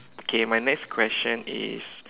okay my next question is